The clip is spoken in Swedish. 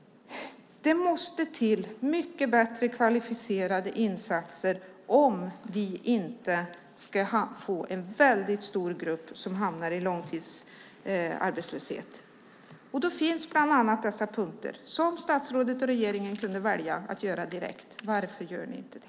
Det måste till mycket bättre kvalificerade insatser om vi inte ska få en väldigt stor grupp som hamnar i långtidsarbetslöshet, och då finns bland annat dessa punkter som statsrådet och regeringen skulle kunna välja att åtgärda direkt. Varför gör ni inte det?